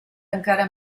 encara